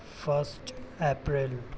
first April